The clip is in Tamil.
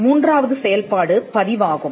மூன்றாவது செயல்பாடு பதிவாகும்